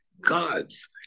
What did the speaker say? God's